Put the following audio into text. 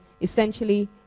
Essentially